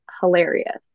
Hilarious